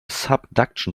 subduction